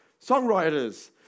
songwriters